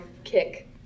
kick